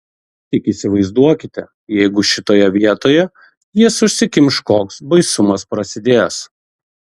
tik įsivaizduokite jeigu šitoje vietoje jis užsikimš koks baisumas prasidės